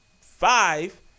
five